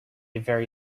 very